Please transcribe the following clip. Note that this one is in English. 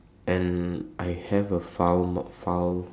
and I have a foul foul